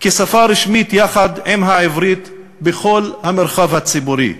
כשפה רשמית יחד עם העברית בכל המרחב הציבורי,